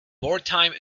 wartime